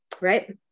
Right